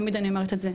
תמיד אני אומרת את זה.